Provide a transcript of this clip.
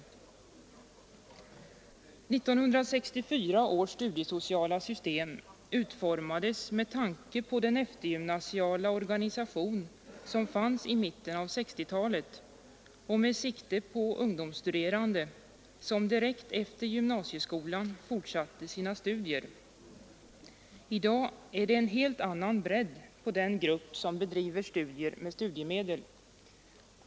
1964 års studiesociala system utformades med tanke på den eftergymnasiala organisation som fanns i mitten av 1960-talet och med sikte på ungdomsstuderande som direkt efter gymnasieskolan fortsatte sina studier. I dag är det en helt annan bredd på den grupp som bedriver studier finansierade med studiemedel.